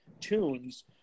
tunes